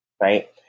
right